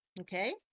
Okay